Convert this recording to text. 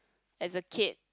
as a kid